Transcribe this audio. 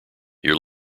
your